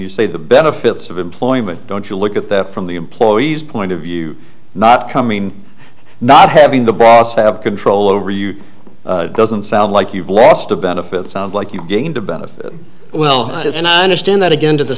you say the benefits of employment don't you look at that from the employees point of view not coming not having the boss have control over you doesn't sound like you've lost the benefits of like you gained about a well i did and i understand that again to the